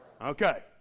Okay